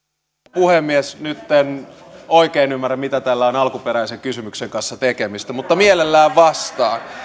puhemies nyt en oikein ymmärrä mitä tekemistä tällä on alkuperäisen kysymyksen kanssa mutta mielelläni vastaan